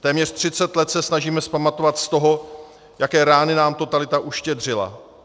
Téměř třicet let se snažíme vzpamatovat z toho, jaké rány nám totalita uštědřila.